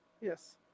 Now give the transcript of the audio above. Yes